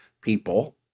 people